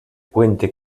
puente